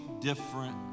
different